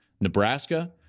Nebraska